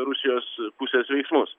rusijos pusės veiksmus